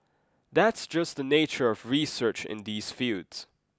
that's just the nature of research in these fields